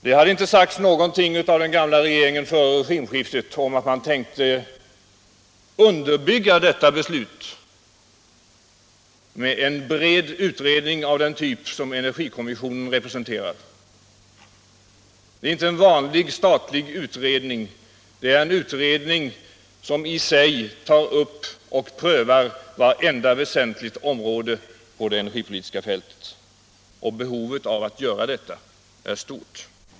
Det hade inte sagts någonting av den gamla regeringen före regimskiftet om att man tänkte underbygga detta beslut med en bred utredning av den typ som energikommissionen representerar. Den är inte en vanlig statlig utredning, den är en utredning som tar upp och prövar vartenda väsentligt område på det energipolitiska fältet. Och behovet av att göra detta är stort.